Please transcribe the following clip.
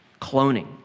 cloning